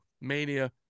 mania